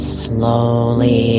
slowly